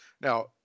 Now